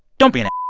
don't be an?